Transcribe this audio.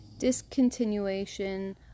discontinuation